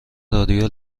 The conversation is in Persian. رادیو